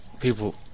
people